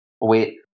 Wait